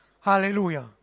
Hallelujah